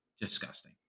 disgusting